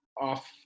off